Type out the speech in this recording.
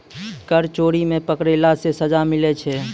कर चोरी मे पकड़ैला से सजा मिलै छै